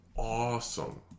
awesome